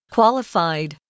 Qualified